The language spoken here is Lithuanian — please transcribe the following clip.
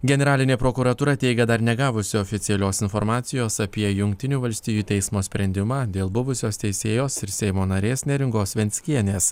generalinė prokuratūra teigia dar negavusi oficialios informacijos apie jungtinių valstijų teismo sprendimą dėl buvusios teisėjos ir seimo narės neringos venckienės